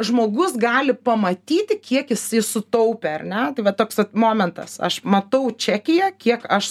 žmogus gali pamatyti kiek jisai sutaupė ar ne tai va toks vat momentas aš matau čekyje kiek aš